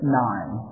nine